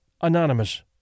anonymous